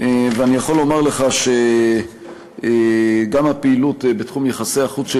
ואני יכול לומר לך שגם הפעילות בתחומי יחסי החוץ של